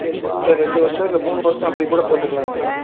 சரி சரி இப்போது ரெண்டு வருஷம் இல்லை மூணு வருஷம் அப்படி கூட போட்டுக்கலாங்களா